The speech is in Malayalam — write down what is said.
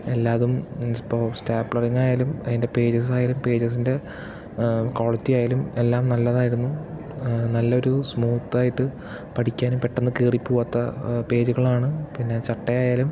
എല്ലായിതും ഇപ്പോൾ സ്റ്റാപ്ലറിങ്ങായാലും അതിൻ്റെ പേജസ് ആയാലും പേജസിൻ്റ ക്വാളിറ്റി ആയാലും എല്ലാം നല്ലതായിരുന്നു നല്ലൊരു സ്മൂത്ത് ആയിട്ട് പഠിക്കാനും പെട്ടെന്ന് കീറി പോവാത്ത പേജുകളാണ് പിന്നെ ചട്ടയായാലും